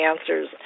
answers